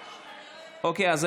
51,